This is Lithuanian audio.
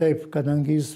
taip kadangi jis